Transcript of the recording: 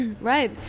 Right